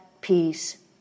peace